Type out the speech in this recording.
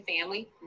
family